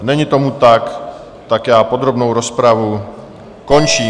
Není tomu tak, tak podrobnou rozpravu končím.